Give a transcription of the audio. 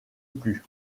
plus